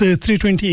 320